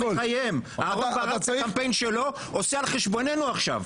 על חשבוננו עכשיו.